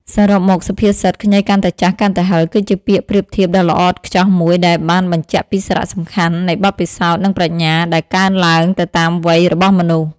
សរុបមក សុភាសិត ខ្ញីកាន់តែចាស់ កាន់តែហឹរ គឺជាពាក្យប្រៀបធៀបដ៏ល្អឥតខ្ចោះមួយដែលបានបញ្ជាក់ពីសារៈសំខាន់នៃបទពិសោធន៍ និងប្រាជ្ញា ដែលកើនឡើងទៅតាមវ័យរបស់មនុស្ស។